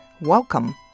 Welcome